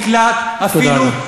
לא נקלט אפילו, תודה רבה.